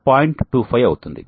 25 అవుతుంది